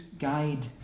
guide